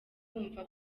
bumva